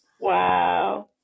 wow